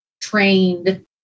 trained